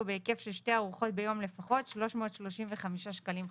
בהיקף של שתי ארוחות ביום לפחות - 335 שקלים חדשים,